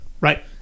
right